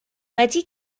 wedi